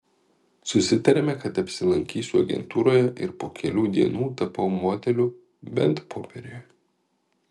susitarėme kad apsilankysiu agentūroje ir po kelių dienų tapau modeliu bent popieriuje